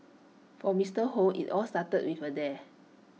for Mister Hoe IT all started with A dare